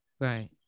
right